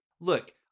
Look